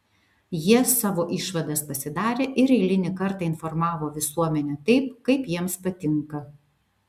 jie savo išvadas pasidarė ir eilinį kartą informavo visuomenę taip kaip jiems patinka